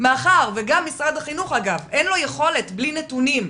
מאחר שגם למשרד החינוך אין יכולת בלי נתונים,